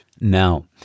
Now